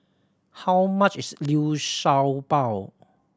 how much is liu shao bao